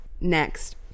next